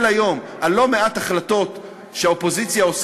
על לא מעט החלטות של הקואליציה,